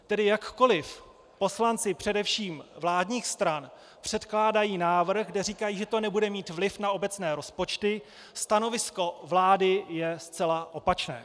Tedy jakkoli poslanci především vládních stran předkládají návrh, kde říkají, že to nebude mít vliv na obecné rozpočty, stanovisko vlády je zcela opačné.